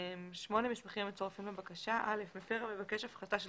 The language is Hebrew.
מסמכים מצורפים לבקשה 8. מפר המבקש הפחתה של